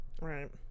Right